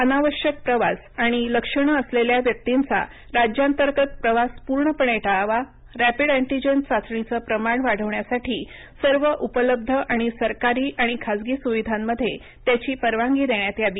अनावश्यक प्रवास आणि आणि लक्षणं असलेल्या व्यक्तिंचा राज्यांतर्गत प्रवास पूर्णपणे टाळावा रॅपिड अँटीजेन चाचणीचं प्रमाण वाढवण्यासाठी सर्व उपलब्ध आणि सरकारी आणि खासगी सुविधांमध्ये त्याची परवानगी देण्यात यावी